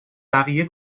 بقیه